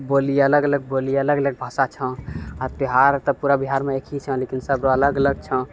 बोली अलग अलग बोली अलग अलग भाषा छौँ आ त्यौहार तऽ पूरा बिहारमे एक ही छौँ लेकिन सभ र अलग अलग छौँ